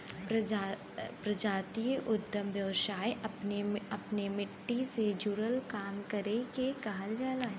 प्रजातीय उद्दम व्यवसाय अपने मट्टी से जुड़ल काम करे के कहल जाला